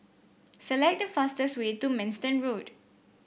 select the fastest way to Manston Road